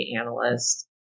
analyst